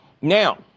Now